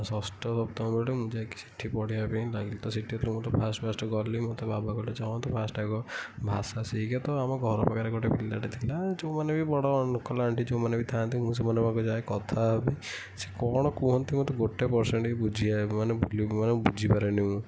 ଷଷ୍ଠ ସପ୍ତମ ବେଳଠୁ ମୁଁ ଯାଇକି ସେଠି ପଢ଼ିବା ପାଇଁ ଲାଗିଲି ତ ସେଠି ମୁଁ ଯେତେବେଳେ ଫାର୍ଷ୍ଟ ଫାର୍ଷ୍ଟ ଗଲି ମୋତେ ବାବା କହିଲେ ଫାର୍ଷ୍ଟ ଆଗେ ହୁଅ ଭାଷା ଶିଖ ତ ଆମ ଘର ପାଖରେ ଗୋଟେ ପିଲାଟେ ଥିଲା ଯେଉଁମାନେ ବି ବଡ଼ ଅଙ୍କଲ୍ ଆଣ୍ଟି ଥାଆନ୍ତି ମୁଁ ସେମାନଙ୍କୁ ପାଖକୁ ଯାଏ କଥା ହେବା ପାଇଁ ସେ କ'ଣ କୁହନ୍ତି ମୋତେ ଗୋଟେ ପରସେଣ୍ଟ ବି ବୁଝିବାକୁ ମାନେ ଭୁଲି ମୁଁ ଆଉ ବୁଝିପାରେନି ମୁଁ